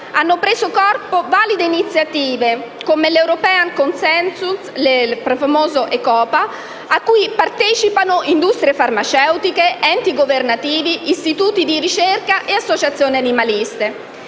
hanno preso corpo valide iniziative, come l'European consensus platform for alternatives (ECOPA), a cui partecipano industrie farmaceutiche, enti governativi, istituti di ricerca e associazioni animaliste.